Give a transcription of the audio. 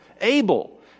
Abel